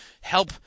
Help